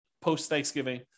post-Thanksgiving